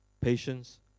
patience